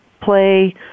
play